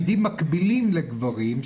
בתפקידים מקבילים לגברים.